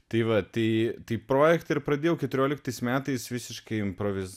tai va tai taip projektą ir pradėjau keturioliktais metais visiškai improvi